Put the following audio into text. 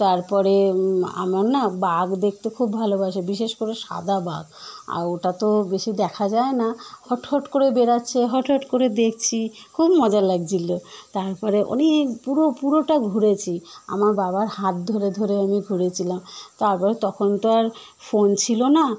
তারপরে আমার না বাঘ দেখতে খুব ভালোবাসে বিশেষ করে সাদা বাঘ আর ওটা তো বেশি দেখা যায় না হট হট করে বেড়াচ্ছে হট হট করে দেখছি খুব মজা লাগছিলো তারপরে অনেক পুরো পুরোটা ঘুরেছি আমার বাবার হাত ধরে ধরে আমি ঘুরেছিলাম তারপরে তখন তো আর ফোন ছিলো না